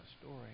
story